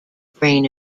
brain